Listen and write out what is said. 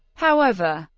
however,